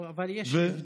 לא, אבל יש הבדל.